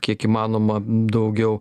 kiek įmanoma daugiau